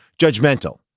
judgmental